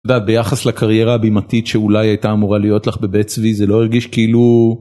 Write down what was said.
ביחס לקריירה הבימתית שאולי הייתה אמורה להיות לך בבית צבי זה לא הרגיש כאילו.